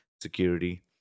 security